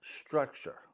structure